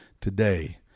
today